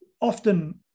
often